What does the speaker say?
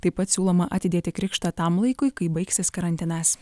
taip pat siūloma atidėti krikštą tam laikui kai baigsis karantinas